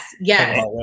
Yes